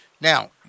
Now